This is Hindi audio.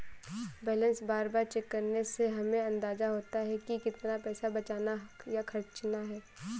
बैलेंस बार बार चेक करने से हमे अंदाज़ा होता है की कितना पैसा बचाना या खर्चना है